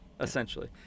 Essentially